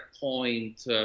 point